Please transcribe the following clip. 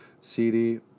CD